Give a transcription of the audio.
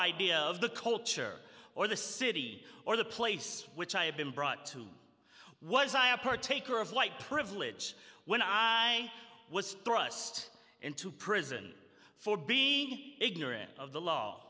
idea of the culture or the city or the place which i had been brought to was i a partaker of white privilege when i was thrust into prison for be ignorant of the law